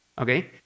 Okay